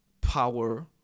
power